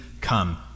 come